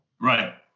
Right